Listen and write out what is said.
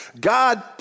God